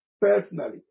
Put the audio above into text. personally